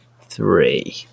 three